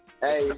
Hey